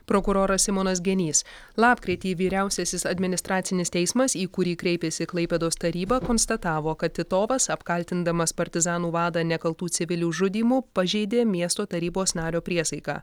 prokuroras simonas genys lapkritį vyriausiasis administracinis teismas į kurį kreipėsi klaipėdos taryba konstatavo kad titovas apkaltindamas partizanų vadą nekaltų civilių žudymu pažeidė miesto tarybos nario priesaiką